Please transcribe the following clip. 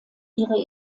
ihre